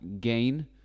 gain